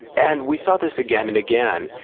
and we saw this again and again,